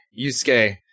Yusuke